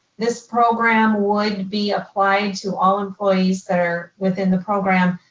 this program would be applied to all employees that are within the program,